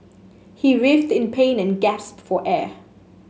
he writhed in pain and gasped for air